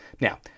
now